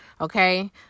okay